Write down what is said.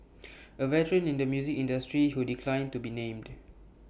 A veteran in the music industry who declined to be named